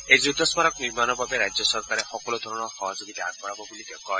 এই যুদ্ধ স্মাৰক নিৰ্মণৰ বাবে ৰাজ্য চৰকাৰে সকলো ধৰণৰ সহযোগিতা আগবঢ়াব বুলি তেওঁ কয়